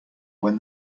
when